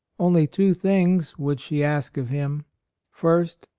only two things would she ask of him first,